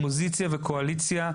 אופוזיציה וקואליציה,